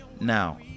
Now